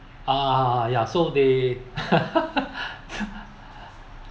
ah ah ah ya so they